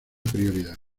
prioridad